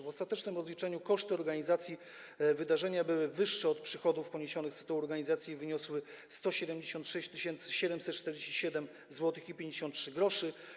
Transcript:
W ostatecznym rozliczeniu koszty organizacji wydarzenia były wyższe od przychodów poniesionych z tytułu organizacji i wyniosły 176 747,53 zł.